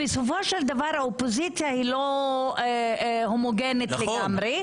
בסופו של דבר האופוזיציה היא לא הומוגנית לגמרי.